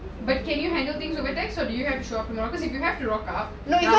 but can you handle things over there so do you have to show up tomorrow because you have to lock up